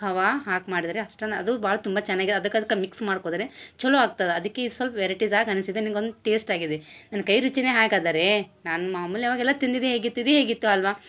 ಖೋವ ಹಾಕಿ ಮಾಡಿದರೆ ಅಷ್ಟೊಂದು ಅದು ಭಾಳ ತುಂಬ ಚೆನ್ನಾಗಿ ಅದಕ್ಕೆ ಅದ್ಕ ಮಿಕ್ಸ್ ಮಾಡ್ಕೊದ್ರೆ ಚಲೋ ಆಗ್ತದ ಅದಕ್ಕೆ ಸೊಲ್ಪ ವೆರೈಟಿಸಾಗಿ ಅನಿಸಿದೆ ನಿಂಗೆ ಒಂದು ಟೇಸ್ಟ್ ಆಗಿದೆ ನನ್ನ ಕೈ ರುಚಿನೆ ಹಾಗಾದರೆ ನಾನು ಮಾಮೂಲಿ ಅವಾಗೆಲ್ಲ ತಿಂದಿದೆ ಹೇಗಿತ್ತು ಇದು ಹೇಗಿತ್ತು ಅಲ್ಲವಾ